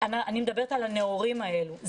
אני מדברת על הנאורים האלו.